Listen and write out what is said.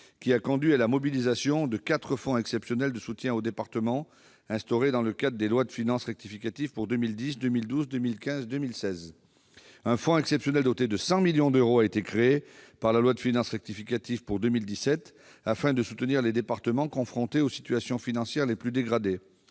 qui a conduit à la mobilisation de quatre fonds exceptionnels de soutien aux départements, instaurés dans le cadre des lois de finances rectificatives pour 2010, 2012, 2015 et 2016. Un fonds exceptionnel doté de 100 millions d'euros a été créé par la loi de finances rectificative pour 2017 afin de soutenir les départements confrontés aux situations financières les plus dégradées.